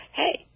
hey